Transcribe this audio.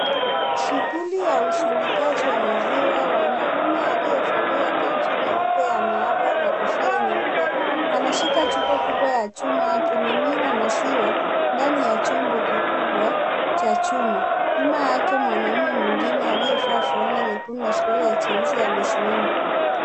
Shuguli ya usindikaji wa maziwa, wanaume aliyevalia kanzu nyeupe ya maabara na kofia nyeupe anashika chupa kubwa ya chuma akimimina maziwa ndani ya chombo kikubwa cha chuma. Nyuma yake mwanaume mwingine aliyevaa fulana nyekundu na suruali ya jinsi amesimama.